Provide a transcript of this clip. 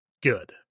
good